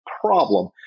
problem